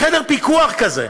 חדר פיקוח כזה,